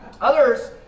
Others